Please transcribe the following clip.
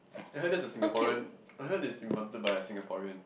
I heard that's a Singaporean I heard it's invented by a Singaporean